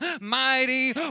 mighty